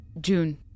June